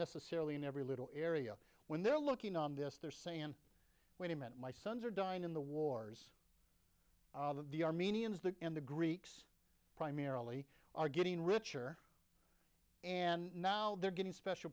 necessarily in every little area when they're looking on this they're saying wait a minute my sons are dying in the wars of the armenians the and the greeks primarily are getting richer and now they're getting special